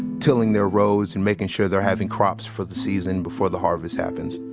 tilling their rows and making sure they're having crops for the season before the harvest happens